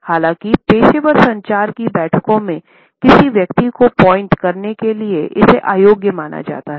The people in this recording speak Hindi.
हालांकि पेशेवर संचार की बैठकों में किसी व्यक्ति को पॉइंट करने के लिए इसे अयोग्य माना जाता है